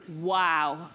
Wow